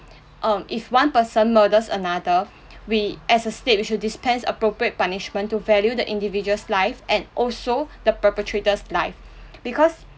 um if one person murders another we as a state we should dispense appropriate punishment to value the individual's life and also the perpetrator's life because